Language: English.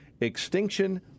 extinction